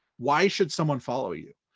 why should someone follow you?